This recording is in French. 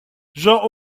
jean